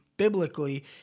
biblically